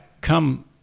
come –